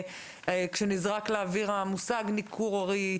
כשנזרק לאוויר המושג ניכור הורי,